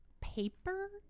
paper